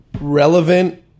relevant